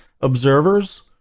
observers